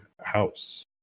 house